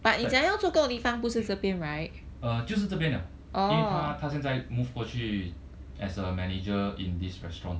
uh 就是这边 leh 因为他他现在 move 过去 as a manager in this restaurant